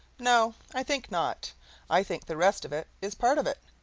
no, i think not i think the rest of it is part of it.